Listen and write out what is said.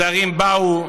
שרים באו,